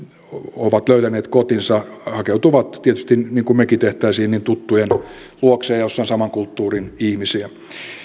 ovat löytäneet kotinsa hakeutuvat tietysti niin kuin mekin tekisimme tuttujen luokse ja sinne missä on saman kulttuurin ihmisiä